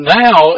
now